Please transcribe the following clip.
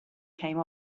came